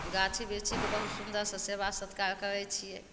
गाछी बिरछीके बहुत सुन्दरसे सेवा सत्कार करै छिए